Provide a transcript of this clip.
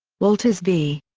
walters v.